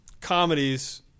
comedies